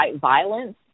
violence